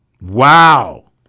Wow